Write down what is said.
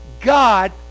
God